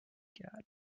cat